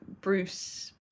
Bruce